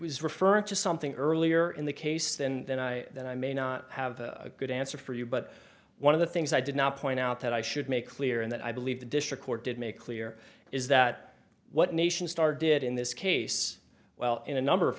was referring to something earlier in the case than that that i may not have a good answer for you but one of the things i did not point out that i should make clear and that i believe the district court did make clear is that what nations are did in this case well in a number of